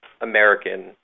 American